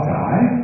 die